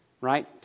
Right